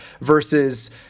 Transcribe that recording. versus